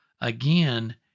again